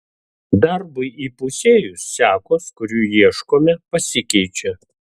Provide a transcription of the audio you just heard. darbui įpusėjus sekos kurių ieškome pasikeičia